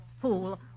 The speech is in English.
fool